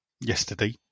yesterday